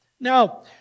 Now